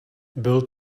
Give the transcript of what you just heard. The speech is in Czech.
byl